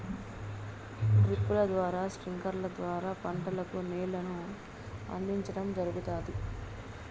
డ్రిప్పుల ద్వారా స్ప్రింక్లర్ల ద్వారా పంటలకు నీళ్ళను అందించడం జరుగుతాది